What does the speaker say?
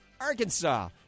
Arkansas